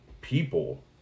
people